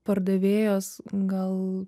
pardavėjos gal